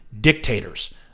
dictators